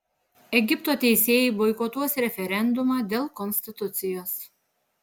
egipto teisėjai boikotuos referendumą dėl konstitucijos